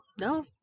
no